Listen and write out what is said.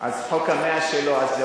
החוק ה-100 שלו עבר,